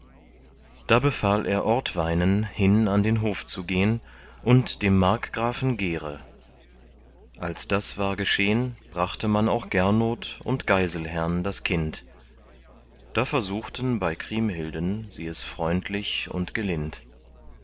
da befahl er ortweinen hin an den hof zu gehn und dem markgrafen gere als das war geschehn brachte man auch gernot und geiselhern das kind da versuchten bei kriemhilden sie es freundlich und gelind